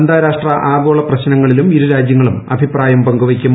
അന്താർാഷ്ട്ര് ആഗോള പ്രശ്നങ്ങളിലും ഇരുരാജ്യ ങ്ങളും അഭിപ്രായം പങ്കുവെക്കും